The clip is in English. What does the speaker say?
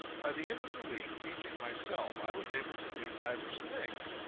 by the end of the week, teaching myself, i was able to do divers things.